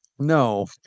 No